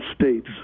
states